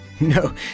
No